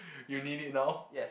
you need it now